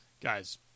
guys